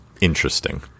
interesting